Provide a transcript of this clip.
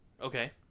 Okay